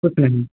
कुछ नहीं